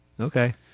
Okay